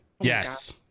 Yes